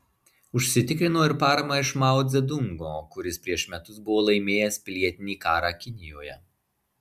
užsitikrino ir paramą iš mao dzedungo kuris prieš metus buvo laimėjęs pilietinį karą kinijoje